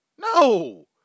No